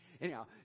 Anyhow